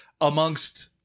amongst